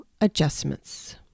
adjustments